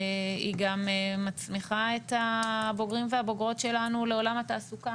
היא גם מצמיחה את הבוגרים והבוגרות שלנו לעולם התעסוקה